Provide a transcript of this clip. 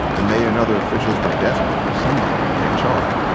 the mayor and other officials were desperate for somebody to take charge.